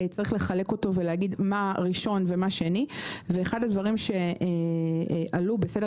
צריך לחלק אותו ולהגיד מה ראשון ומה שני ואחד הדברים שעלו בסדר